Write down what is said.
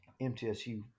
MTSU